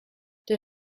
der